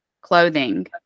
clothing